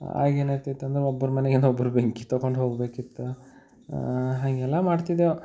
ಆಗೇನು ಆಗ್ತಿತ್ತಂದ್ರೆ ಒಬ್ರ ಮನೆಗಿಂದ ಒಬ್ರು ಬೆಂಕಿ ತಕೊಂಡು ಹೋಗಬೇಕಿತ್ತು ಹಾಗೆಲ್ಲ ಮಾಡ್ತಿದ್ದೆವು